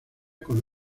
con